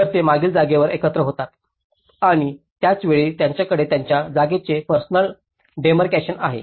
तर ते मागील जागेवर एकत्र होतात आणि त्याच वेळी त्यांच्याकडे त्यांच्या जागेचे पर्सनल डेमरकॅशन आहे